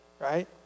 right